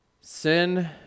sin